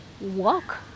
walk